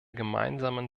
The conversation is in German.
gemeinsamen